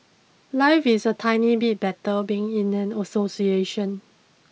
life is a tiny bit better being in an association